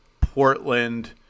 Portland